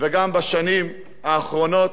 וגם בשנים האחרונות.